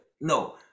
no